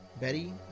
Betty